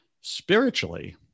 spiritually